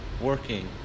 working